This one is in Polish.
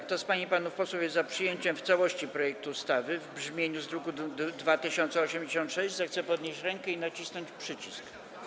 Kto z pań i panów posłów jest za przyjęciem w całości projektu ustawy w brzmieniu z druku nr 2086, zechce podnieść rękę i nacisnąć przycisk.